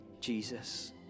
Jesus